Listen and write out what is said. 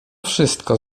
wszystko